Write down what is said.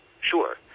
sure